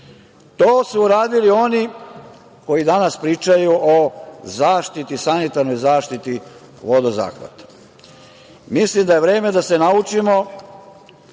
To su uradili oni koji danas pričaju o sanitarnoj zaštiti vodozahvata. Mislim da je vreme da se naučimo,